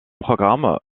programmes